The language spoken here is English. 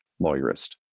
lawyerist